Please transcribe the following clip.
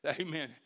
Amen